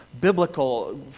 biblical